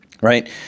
right